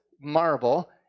marble